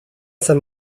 sam